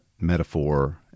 metaphor